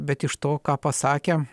bet iš to ką pasakė